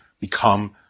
become